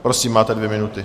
Prosím, máte dvě minuty.